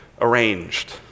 arranged